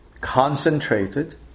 concentrated